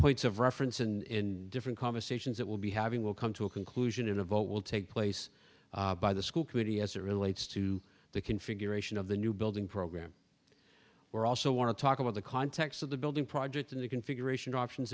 points of reference in different conversations that will be having will come to a conclusion in a vote will take place by the school committee as it relates to the configuration of the new building program or also want to talk about the context of the building project and the configuration options